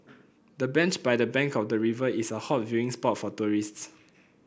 the bench by the bank of the river is a hot viewing spot for tourists